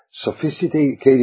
Sophisticated